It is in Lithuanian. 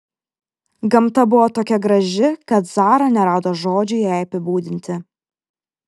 gamta buvo tokia graži kad zara nerado žodžių jai apibūdinti